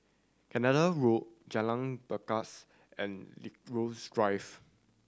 Canada Road Jalan Pakis and Drive